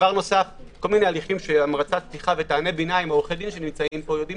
כל מיני הליכים שעורכי דין שנמצאים פה יודעים